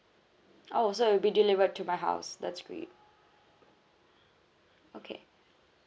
oh so it'll be delivered to my house that's great okay